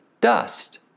dust